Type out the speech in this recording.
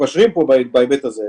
מתפשרים פה בהיבט הזה.